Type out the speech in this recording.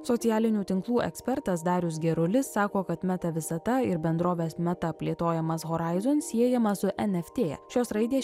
socialinių tinklų ekspertas darius gerulis sako kad meta visata ir bendrovės meta plėtojamas ho rizon siejamas su nft šios raidės